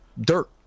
dirt